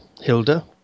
Hilda